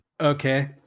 okay